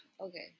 Okay